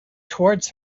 towards